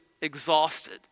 exhausted